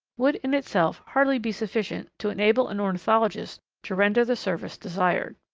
would in itself hardly be sufficient to enable an ornithologist to render the service desired.